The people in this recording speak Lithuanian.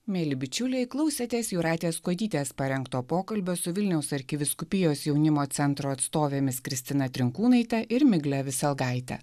mieli bičiuliai klausėtės jūratės kuodytės parengto pokalbio su vilniaus arkivyskupijos jaunimo centro atstovėmis kristina trinkūnaitė ir miglę viselgaitę